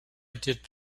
did